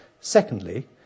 Secondly